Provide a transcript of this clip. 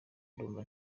ndumva